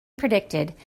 predicted